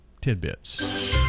tidbits